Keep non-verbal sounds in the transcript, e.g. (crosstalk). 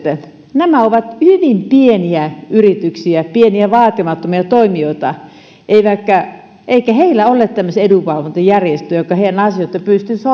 nämä ovat hyvin pieniä yrityksiä pieniä vaatimattomia toimijoita eikä heillä ole tämmöisiä edunvalvontajärjestöjä jotka heidän asioitaan pystyisivät (unintelligible)